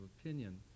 opinion